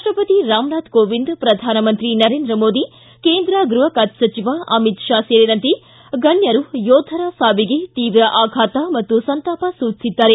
ರಾಷ್ಟಪತಿ ರಾಮನಾಥ್ ಕೋವಿಂದ್ ಪ್ರಧಾನಮಂತ್ರಿ ನರೇಂದ್ರ ಮೋದಿ ಕೇಂದ್ರ ಗೃಹ ಖಾತೆ ಸಚಿವ ಅಮಿತ್ ಶಾ ಸೇರಿದಂತೆ ಗಣ್ಯರು ಯೋಧರ ಸಾವಿಗೆ ತೀವ್ರ ಆಘಾತ ಹಾಗೂ ಸಂತಾಪ ಸೂಚಿಸಿದ್ದಾರೆ